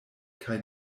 kaj